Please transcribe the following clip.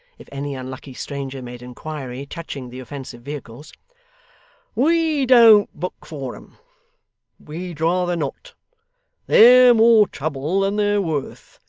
if any unlucky stranger made inquiry touching the offensive vehicles we don't book for em we'd rather not they're more trouble than they're worth,